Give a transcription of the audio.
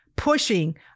pushing